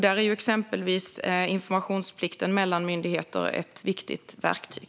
Där är exempelvis informationsplikten mellan myndigheter ett viktigt verktyg.